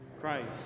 Christ